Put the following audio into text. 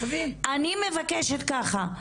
אני מבקשת ככה,